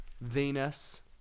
Venus